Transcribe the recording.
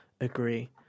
agree